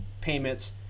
payments